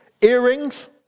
earrings